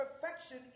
perfection